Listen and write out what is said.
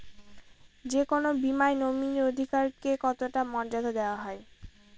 যে কোনো বীমায় নমিনীর অধিকার কে কতটা মর্যাদা দেওয়া হয়?